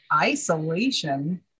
isolation